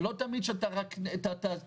זה לא תמיד שאתה רק זוכה.